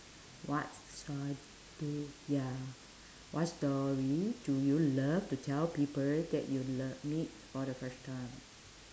what story ya what story do you love to tell people that you lov~ meet for the first time